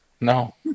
No